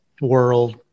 world